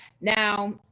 Now